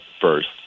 first